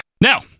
Now